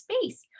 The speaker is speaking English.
space